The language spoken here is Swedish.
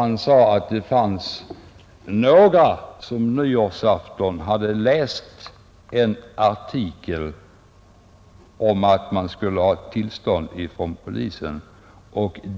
Han sade att det var några personer som på nyårsaftonen hade läst en artikel om att man skulle ha tillstånd från polisen.